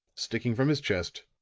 sticking from his chest.